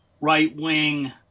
right-wing